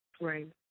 right